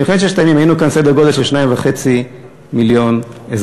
במלחמת ששת הימים היינו כאן סדר גודל של 2.5 מיליון אזרחים.